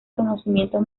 conocimientos